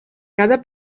cada